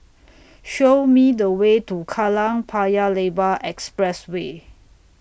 Show Me The Way to Kallang Paya Lebar Expressway